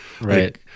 Right